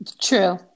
true